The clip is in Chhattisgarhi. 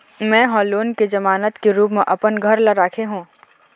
में ह लोन के जमानत के रूप म अपन घर ला राखे हों